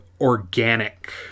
organic